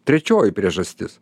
trečioji priežastis